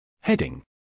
Heading